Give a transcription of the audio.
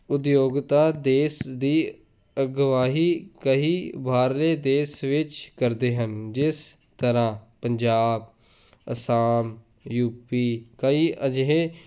ਉਦਯੋਗਤਾ ਦੇਸ਼ ਦੀ ਅਗਵਾਹੀ ਕਹੀ ਬਾਹਰਲੇ ਦੇਸ਼ ਵਿਚ ਕਰਦੇ ਹਨ ਜਿਸ ਤਰ੍ਹਾਂ ਪੰਜਾਬ ਅਸਾਮ ਯੂਪੀ ਕਈ ਅਜਿਹੇ